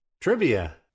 Trivia